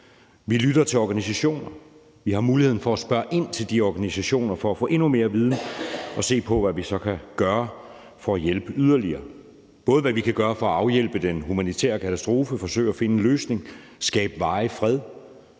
Vi lytter til organisationer. Vi har muligheden for at spørge ind til de organisationer for at få endnu mere viden og se på, hvad vi så kan gøre for at hjælpe yderligere. Det gælder, hvad vi kan gøre både for at afhjælpe den humanitære katastrofe og forsøge at finde en løsning og skabe varig fred,